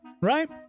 right